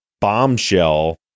bombshell